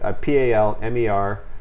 P-A-L-M-E-R